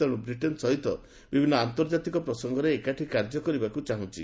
ତେଣୁ ବ୍ରିଟେନ୍ ସହିତ ବିଭିନ୍ନ ଅନ୍ତର୍ଜାତୀୟ ପ୍ରସଙ୍ଗରେ ଏକାଠି କାର୍ଯ୍ୟ କରିବାକୁ ଚାହୁଁଛି